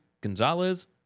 Gonzalez